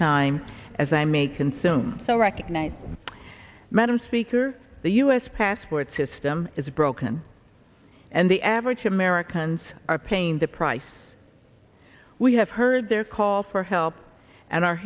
time as i may consume so recognize madam speaker the u s passport system is broken and the average americans are paying the price we have heard their call for help and are